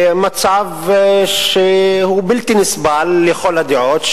מצב שהוא בלתי נסבל לכל הדעות,